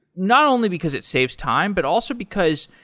not only because it saves time, but also because,